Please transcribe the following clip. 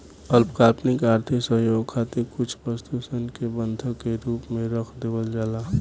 अल्पकालिक आर्थिक सहयोग खातिर कुछ वस्तु सन के बंधक के रूप में रख देवल जाला